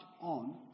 on